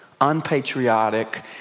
unpatriotic